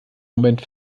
moment